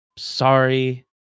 Sorry